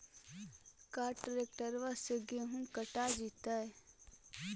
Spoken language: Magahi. का ट्रैक्टर से गेहूं कटा जितै?